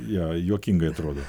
jo juokingai atrodo